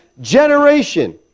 generation